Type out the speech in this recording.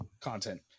content